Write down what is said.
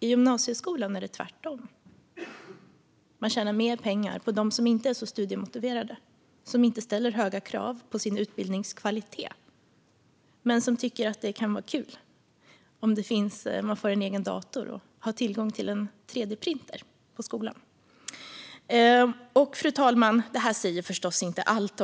I gymnasieskolan är det tvärtom. Man tjänar mer pengar på dem som inte är så studiemotiverade, som inte ställer höga krav på sin utbildnings kvalitet men som tycker att det kan vara kul med en egen dator och tillgång till en 3D-printer. Fru talman! Det här säger förstås inte allt